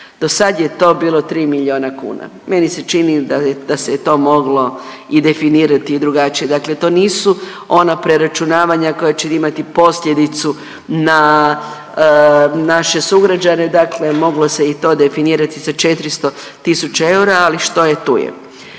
dosad je to bilo 3 miliona kuna. Meni se čini da se je to moglo i definirati i drugačije. Dakle, to nisu ona preračunavanja koja će imati posljedicu na naše sugrađane, dakle moglo se i to definirati sa 400.000 eura, ali što je tu je.